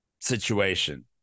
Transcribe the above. situation